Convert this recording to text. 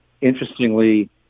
interestingly